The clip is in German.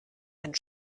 einen